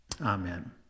Amen